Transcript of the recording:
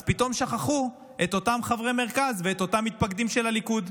אז פתאום שכחו את אותם חברי מרכז ואת אותם מתפקדים של הליכוד.